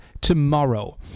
tomorrow